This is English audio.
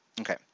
okay